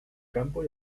campo